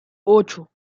ocho